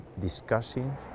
discussing